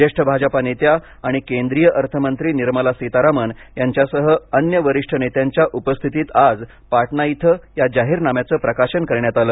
ज्येष्ठ भाजपा नेत्या आणि केंद्रीय अर्थमंत्री निर्मला सीतारामन यांच्यासह अन्य वरिष्ठ नेत्यांच्या उपस्थितीत आज पाटणा इथं या जाहिरनाम्याचं प्रकाशन करण्यात आलं